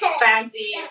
fancy